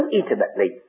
intimately